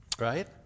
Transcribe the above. Right